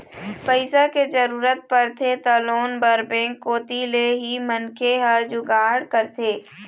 पइसा के जरूरत परथे त लोन बर बेंक कोती ले ही मनखे ह जुगाड़ करथे